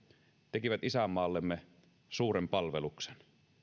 tekivät isänmaallemme suuren palveluksen